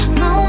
no